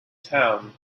town